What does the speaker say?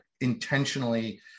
intentionally